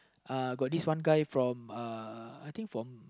uh got this one guy from uh I think from